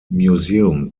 museum